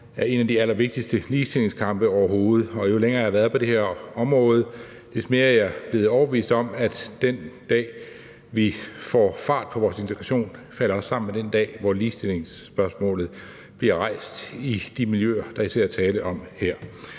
er en af de allervigtigste ligestillingskampe overhovedet, og jo længere jeg har beskæftiget mig med det her område, des mere er jeg blevet overbevist om, at den dag, vi får fart på vores integration, falder sammen med den dag, hvor ligestillingsspørgsmålet bliver rejst i de miljøer, der især er tale om her.